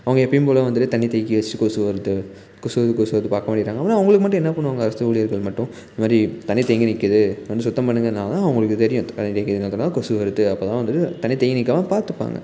அவங்க எப்பயும் போல் வந்துட்டு தண்ணிர் தேக்கி வச்சிட்டு கொசு வருது கொசு வருது கொசு வருதுன்னு பார்க்கமாட்டேங்கிறாங்க அப்புடின்னா அவங்களுக்கு மட்டும் என்ன பண்ணுவாங்க அரசு ஊழியர்கள் மட்டும் இதுமாதிரி தண்ணிர் தேங்கி நிக்கிறது வந்து சுத்தம் பண்ணுங்கனாதான் அவங்களுக்கு தெரியும் தண்ணிர் தேங்கி இருக்கிறதுனால கொசு வருது அப்போதான் வந்துட்டு தண்ணிர் தேங்கி நிக்காமல் பார்த்துப்பாங்க